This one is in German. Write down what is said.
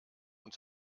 und